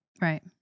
Right